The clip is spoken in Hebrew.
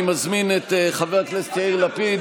אני מזמין את חבר הכנסת יאיר לפיד,